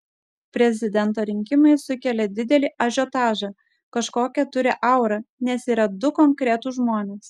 prezidento rinkimai sukelia didelį ažiotažą kažkokią turi aurą nes yra du konkretūs žmonės